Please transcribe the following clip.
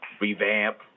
revamp